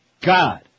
God